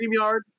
StreamYard